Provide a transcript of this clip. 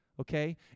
okay